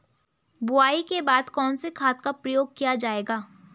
बुआई के बाद कौन से खाद का प्रयोग किया जायेगा?